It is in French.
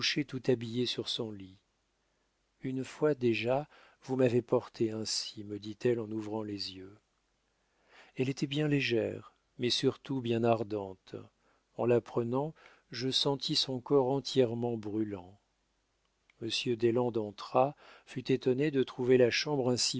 tout habillée sur son lit une fois déjà vous m'avez portée ainsi me dit-elle en ouvrant les yeux elle était bien légère mais surtout bien ardente en la prenant je sentis son corps entièrement brûlant monsieur deslandes entra fut étonné de trouver la chambre